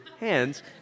hands